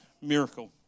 miracle